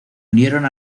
unieron